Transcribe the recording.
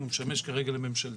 והוא משמש כרגע לממשלתי.